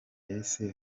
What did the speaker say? ese